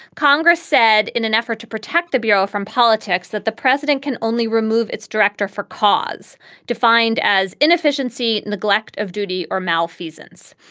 congress said in an effort to protect the bureau from politics that the president can only remove its director for cause defined as inefficiency, neglect of duty or malfeasance.